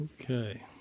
Okay